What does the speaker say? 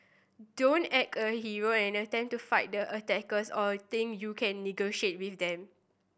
don't act a hero and attempt to fight the attackers or think you can negotiate with them